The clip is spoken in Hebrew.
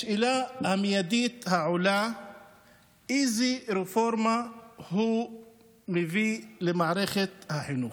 השאלה המיידית שעולה: איזו רפורמה הוא מביא למערכת החינוך.